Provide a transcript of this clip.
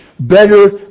Better